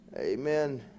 Amen